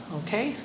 okay